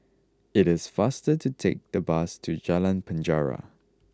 it is faster to take the bus to Jalan Penjara